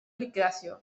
liquidació